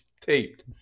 Taped